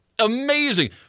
Amazing